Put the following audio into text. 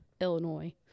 illinois